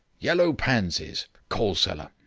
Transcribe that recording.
yellow pansies. coal-cellar.